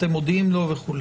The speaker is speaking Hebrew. אתם מודיעים לו וכו',